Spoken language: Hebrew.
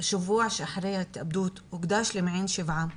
השבוע שאחרי ההתאבדות הוקדש למעין שבעה.